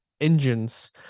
engines